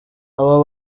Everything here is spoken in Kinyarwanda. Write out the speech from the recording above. abo